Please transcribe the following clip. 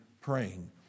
praying